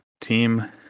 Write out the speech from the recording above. team